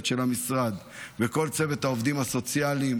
של המשרד וכל צוות העובדים הסוציאליים,